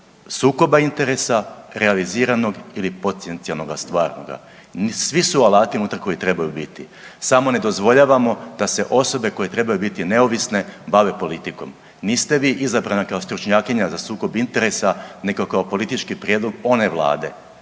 sukoba interesa realiziranog ili … /ne razumije se/ … Svi su alati unutra koji trebaju biti, samo ne dozvoljavamo da se osobe koje trebaju biti neovisne bave politikom. Niste vi izabrana kao stručnjakinja za sukob interesa, nego kao politički prijedlog one Vlade.